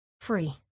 Free